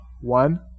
One